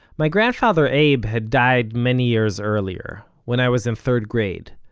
my grandfather abe had died many years earlier, when i was in third grade,